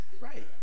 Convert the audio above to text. right